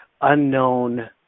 unknown